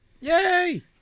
Yay